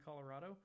Colorado